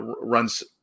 runs